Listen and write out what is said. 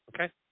okay